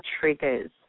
triggers